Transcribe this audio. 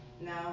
Now